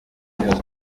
agira